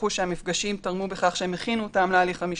דיווחו שהמפגשים תרמו בכך שהם הכינו אותם להליך המשפטי.